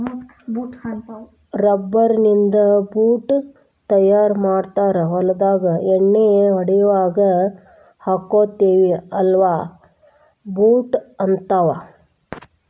rubber ನಿಂದ boot ತಯಾರ ಮಾಡ್ತಾರ ಹೊಲದಾಗ ಎಣ್ಣಿ ಹೊಡಿಯುವಾಗ ಹಾಕ್ಕೊತೆವಿ ಅಲಾ ಬೂಟ ಹಂತಾವ